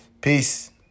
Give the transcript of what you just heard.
Peace